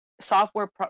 Software